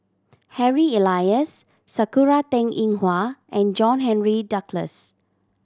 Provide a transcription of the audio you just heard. Harry Elias Sakura Teng Ying Hua and John Henry Duclos